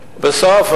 ובסוף,